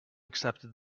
accepted